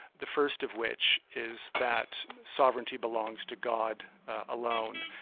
the first of which is that sovereignty belongs to god alone,